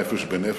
"נפש בנפש",